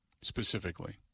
specifically